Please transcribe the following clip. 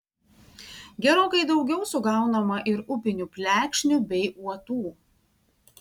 gerokai daugiau sugaunama ir upinių plekšnių bei uotų